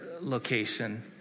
location